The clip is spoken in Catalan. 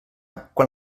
quan